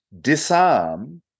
disarm